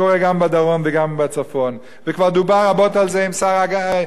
כבר דובר רבות על זה עם השר להגנת העורף הקודם,